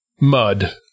Mud